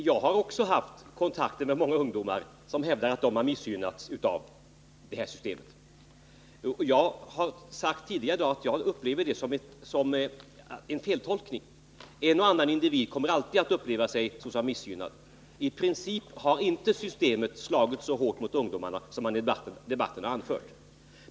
Herr talman! Också jag har haft kontakter med många ungdomar som hävdar att de har missgynnats av det här systemet. Jag har tidigare i dag sagt att jag upplever det som en feltolkning — en och annan individ kommer alltid att uppleva sig såsom missgynnad. I princip har systemet inte slagit så hårt mot ungdomarna som man i debatten har anfört.